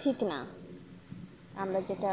ঠিক না আমরা যেটা